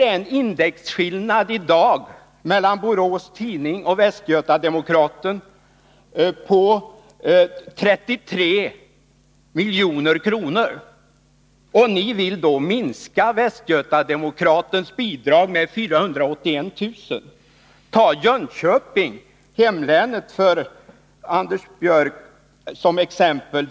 Där är det i dag en intäktskillnad mellan Borås Tidning och Västgöta Demokraten på 33 milj.kr., och moderaterna vill då minska Västgöta Demokratens bidrag med 481 000 kr. Eller ta Jönköping — Anders Björcks hemlän — som exempel!